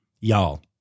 Y'all